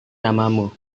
namamu